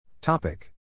Topic